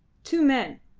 two men,